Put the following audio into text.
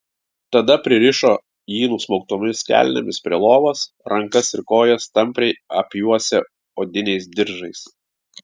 tada pririšo jį nusmauktomis kelnėmis prie lovos rankas ir kojas tampriai apjuosę odiniais diržais